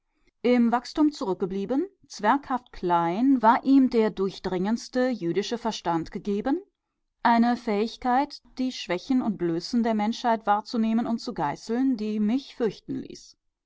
im wachstum zurückgeblieben zwerghaft klein war ihm der durchdringendste jüdische verstand gegeben eine fähigkeit die schwächen und blößen der menschen wahrzunehmen und zu geißeln die mich ihn fürchten ließ